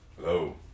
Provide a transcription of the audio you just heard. Hello